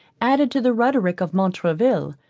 added to the rhetoric of montraville,